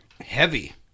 heavy